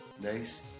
Nice